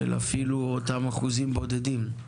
של אפילו אותם אחוזים בודדים.